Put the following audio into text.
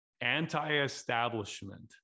anti-establishment